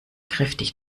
kräftig